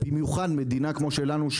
במיוחד מדינה כמו שלנו,